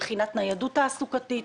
מבחינת ניידות תעסוקתית,